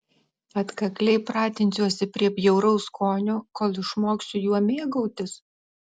atkakliai pratinsiuosi prie bjauraus skonio kol išmoksiu juo mėgautis